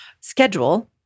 schedule